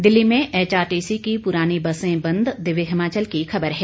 दिल्ली में एचआरटीसी की पुरानी बसें बंद दिव्य हिमाचल की खबर है